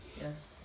Yes